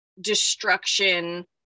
destruction